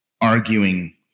arguing